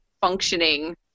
functioning